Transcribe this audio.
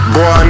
Boy